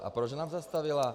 A proč nám zastavila?